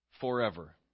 forever